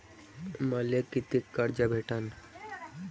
मले कितीक कर्ज भेटन?